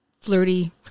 flirty